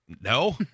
no